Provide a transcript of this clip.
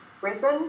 Brisbane